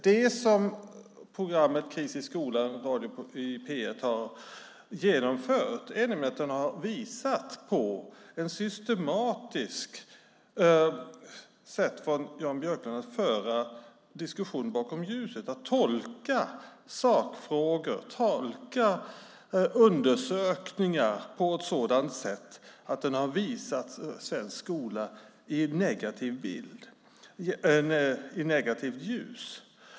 Det programmet Kris i skolan , som vi hörde i P 1, har visat är ett sätt från Jan Björklund att systematiskt föra diskussionen bakom ljuset, att tolka sakfrågor och undersökningar av svensk skola i negativt ljus.